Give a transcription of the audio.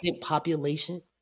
population